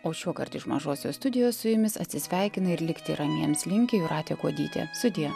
o šiuokart iš mažosios studijos su jumis atsisveikina ir likti ramiems linki jūratė kuodytė sudie